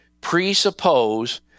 presuppose